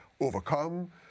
overcome